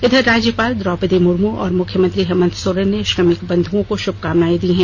इधर राज्यपाल द्रौपदी मुर्मू और मुख्यमंत्री हेमन्त सोरेन ने श्रमिक बंधुओं कोशुभकामनाएं दी है